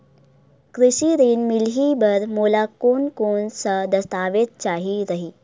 कृषि ऋण मिलही बर मोला कोन कोन स दस्तावेज चाही रही?